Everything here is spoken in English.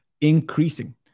increasing